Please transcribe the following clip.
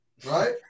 Right